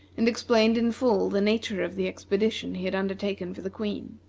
and explained in full the nature of the expedition he had undertaken for the queen.